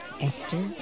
Esther